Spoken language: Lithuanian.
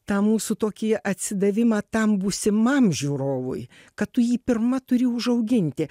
tą mūsų tokį atsidavimą tam būsimam žiūrovui kad tu jį pirma turi užauginti